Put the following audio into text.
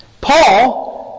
Paul